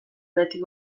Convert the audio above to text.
behetik